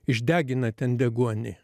išdegina ten deguonį